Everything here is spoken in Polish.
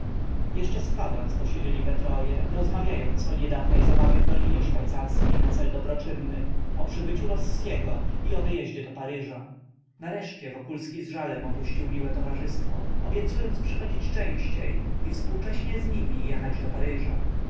jeszcze z kwadrans posiedzieli we troje rozmawiając o niedawnej zabawie w dolinie szwajcarskiej na cel dobroczynny o przybyciu rossiego i o wyjeździe do paryża nareszcie wokulski z żalem opuścił miłe towarzystwo obiecując przychodzić częściej i współcześnie z nimi jechać do paryża